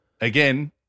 Again